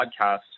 podcast